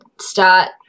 start